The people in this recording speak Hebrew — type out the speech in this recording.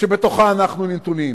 שבתוכה אנחנו נתונים,